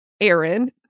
Aaron